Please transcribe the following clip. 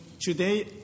today